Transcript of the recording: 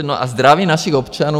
A zdraví našich občanů.